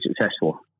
successful